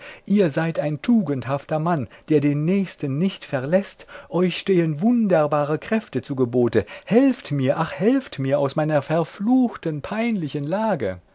ihr seid ein tugendhafter mann der den nächsten nicht verläßt euch stehen wunderbare kräfte zu gebote helft mir ach helft mir aus meiner verfluchten peinlichen lage